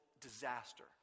disaster